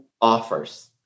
offers